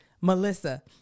Melissa